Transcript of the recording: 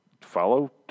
follow